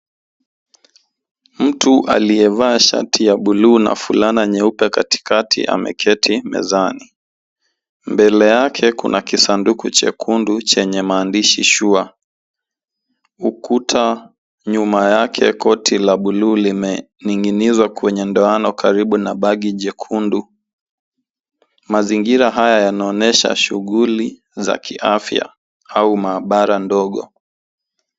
Mtu aliyevaa shati ya bluu na vulana nyeupe katika ameketi mezani. Mbele yake kuna kisanduku chekundu chenye maandishi sure . Ukuta nyuma yake koti la bluu limeninginishwa kwenye ndoani karibu na baki chekundu. Mazingira haya yanaonyesha shughuli za kiafya au maabara ndogo.